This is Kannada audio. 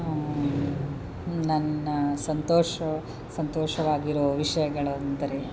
ನನ್ನ ಸಂತೋಷ ಸಂತೋಷವಾಗಿರೋ ವಿಷಯಗಳು ಅಂದರೆ